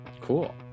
Cool